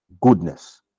goodness